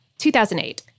2008